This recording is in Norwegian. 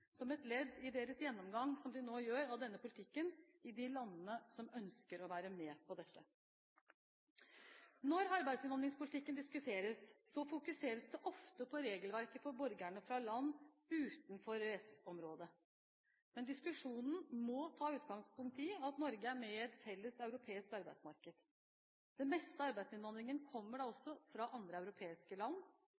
som et ledd i deres gjennomgang av denne politikken, i de landene som ønsker å være med på dette. Når arbeidsinnvandringspolitikken diskuteres, fokuseres det ofte på regelverket for borgere fra land utenfor EØS-området, men diskusjonen må ta utgangspunkt i at Norge er med i et felles europeisk arbeidsmarked. Det meste av arbeidsinnvandringen kommer da